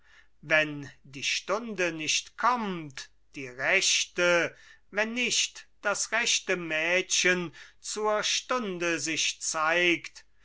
wenn die stunde nicht kommt die rechte wenn nicht das rechte mädchen zur stunde sich zeigt